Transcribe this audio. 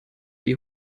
die